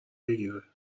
بگیره